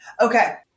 Okay